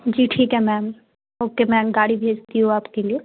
जी ठीक है ma'am okay मैं गाड़ी भेजती हूँ आपके लिए